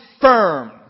firm